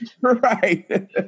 Right